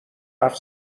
حرف